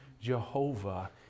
jehovah